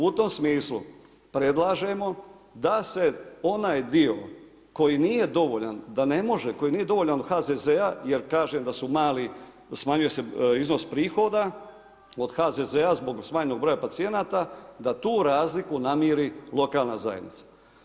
U tom smislu predlažemo da se onaj dio koji nije dovoljan da ne može, koji nije dovoljan od HZZ-a jer kažem da su mali, smanjuje se iznos prihoda od HZZ-a zbog smanjenog broja pacijenata da tu razliku namiri lokalna zajednica.